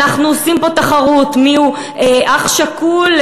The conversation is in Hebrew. אנחנו עושים פה תחרות מיהו אח שכול,